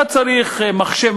אתה צריך מחשב,